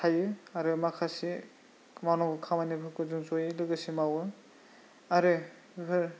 थायो आरो माखासे मावनांगौ खामानिफोरखौ जों ज'यै लोगोसे मावो आरो बिदिनो